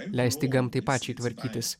leisti gamtai pačiai tvarkytis